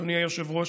אדוני היושב-ראש,